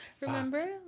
Remember